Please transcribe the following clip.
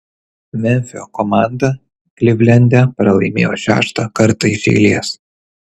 memfio komanda klivlende pralaimėjo šeštą kartą iš eilės